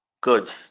good